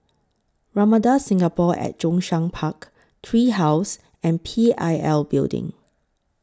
Ramada Singapore At Zhongshan Park Tree House and P I L Building